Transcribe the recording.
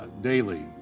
daily